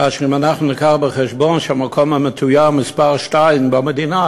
כאשר אם אנחנו נביא בחשבון שהמקום המתויר מספר שתיים במדינה